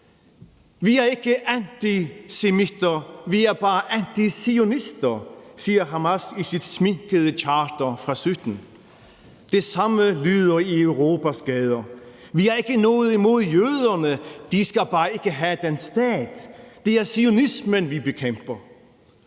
Vi er ikke antisemitter, vi er bare antizionister, siger Hamas i sit sminkede charter fra 2017. Det samme lyder i Europas gader: Vi har ikke noget imod jøderne, de skal bare ikke have den stat; det er zionismen, vi bekæmper.